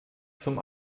zum